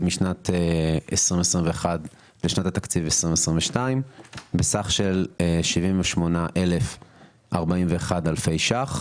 משנת 2021 לשנת התקציב 2022 בסך של 78,041 אלפי ₪,